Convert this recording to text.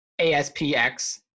aspx